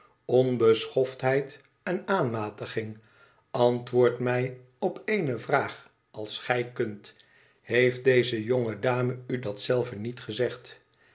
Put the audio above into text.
onbeschoftheid en aanmatiging antwoord mij op ééne vraag als gij kunt heeft deze jonge dame u dat zelve niet gezegd